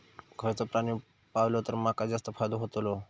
खयचो प्राणी पाळलो तर माका जास्त फायदो होतोलो?